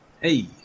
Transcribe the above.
hey